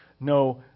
no